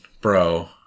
bro